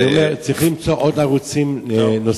אני אומר: צריך למצוא עוד ערוצים, נוספים.